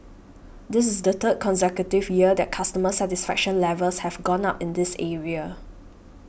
this is the third consecutive year that customer satisfaction levels have gone up in this area